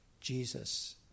Jesus